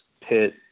pit